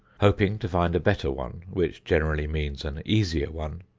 hoping to find a better one, which generally means an easier one,